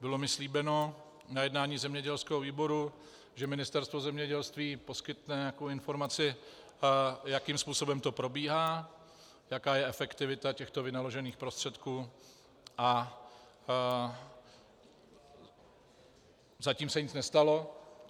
Bylo mi slíbeno na jednání zemědělského výboru, že Ministerstvo zemědělství poskytne nějakou informaci, jakým způsobem to probíhá, jaká je efektivita těchto vynaložených prostředků, a zatím se nic